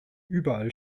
überall